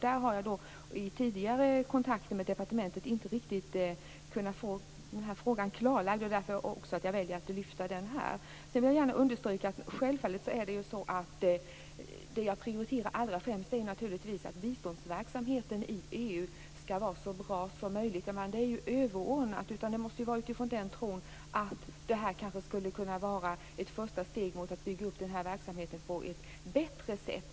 Jag har i tidigare kontakter med departementet inte riktigt kunnat få den här frågan klarlagd. Det är därför jag väljer att ta upp den här. Jag vill understryka att jag naturligtvis allra främst prioriterar att biståndsverksamheten i EU skall vara så bra som möjligt. Det är överordnat. Detta skall ju ske utifrån tron att det här skulle kunna vara ett första steg mot att bygga upp den här verksamheten på ett bättre sätt.